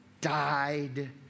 died